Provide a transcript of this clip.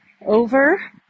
over